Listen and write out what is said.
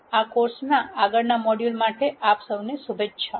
આ કોર્સમાં આગળનાં મોડ્યુલો માટે આપ સૌને શુભેચ્છાઓ